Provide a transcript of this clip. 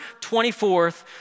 24th